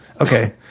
okay